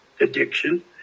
addiction